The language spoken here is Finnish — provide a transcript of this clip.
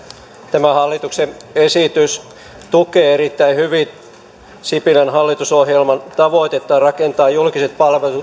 tämä hallituksen esitys tukee erittäin hyvin sipilän hallitusohjelman tavoitetta rakentaa julkiset